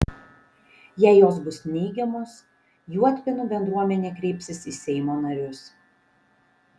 jei jos bus neigiamos juodpėnų bendruomenė kreipsis į seimo narius